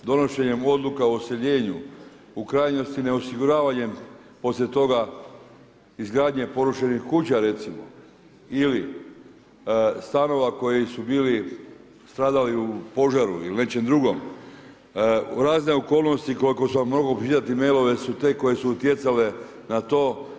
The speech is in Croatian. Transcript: Donošenjem odluka o … u krajnosti neosiguravanjem poslije toga izgradnje porušenih kuća recimo ili stanova koji su bili stradali u požaru ili nečem drugom, razne okolnosti koliko samo mogao pročitati mailove su te koje su utjecale na to.